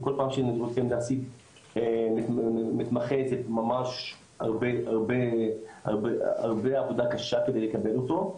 כל פעם שיש מתמחה זה הרבה עבודה קשה כדי לקבל אותו.